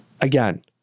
Again